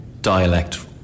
dialect